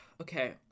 Okay